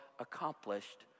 Accomplished